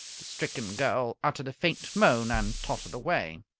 the stricken girl uttered a faint moan, and tottered away.